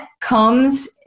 comes